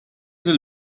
del